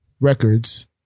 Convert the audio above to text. Records